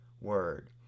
word